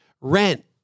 Rent